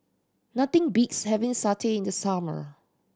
nothing beats having satay in the summer